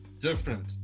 Different